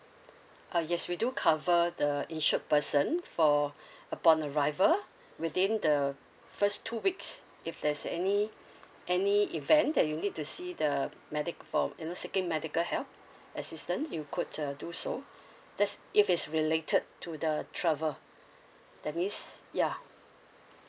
uh yes we do cover the insured person for upon arrival within the first two weeks if there's any any event that you need to see the medic for seeking medical help assistance you could uh do so that's if it's related to the travel that means ya